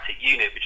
unit